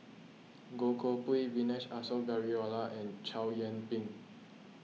Goh Koh Pui Vijesh Ashok Ghariwala and Chow Yian Ping